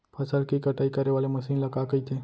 फसल की कटाई करे वाले मशीन ल का कइथे?